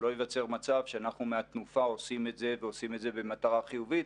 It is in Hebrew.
שלא ייווצר מצב שמהתנופה אנחנו עושים את זה ועושים את זה במטרה חיובית,